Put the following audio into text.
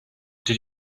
did